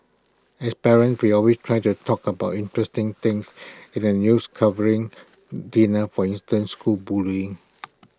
as parents we always try to talk about interesting things in the news covering dinner for instance school bullying